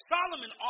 Solomon